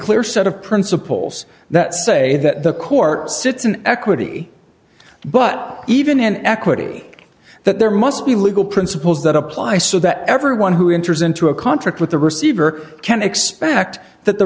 clear set of principles that say that the court sits an equity but even an equity that there must be legal principles that apply so that everyone who enters into a contract with the receiver can expect that the